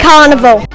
Carnival